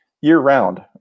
year-round